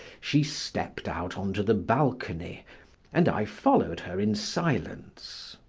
she stepped out on the balcony and i followed her in silence.